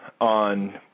on